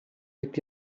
with